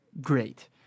great